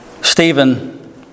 Stephen